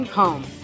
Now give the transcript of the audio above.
home